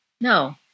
No